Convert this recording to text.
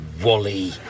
wally